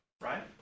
right